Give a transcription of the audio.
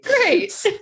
Great